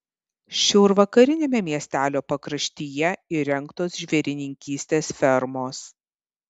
šiaurvakariniame miestelio pakraštyje įrengtos žvėrininkystės fermos